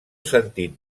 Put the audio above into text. sentit